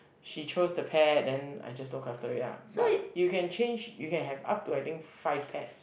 she chose the pet then I just look after it ah but you can change you can have up to I think five pets